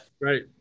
right